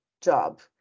job